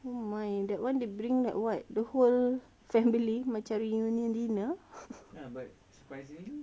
oh my that one to bring like what the whole family macam reunion dinner